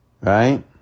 Right